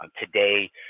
um today,